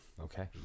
Okay